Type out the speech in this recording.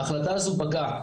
ההחלטה הזו פגה.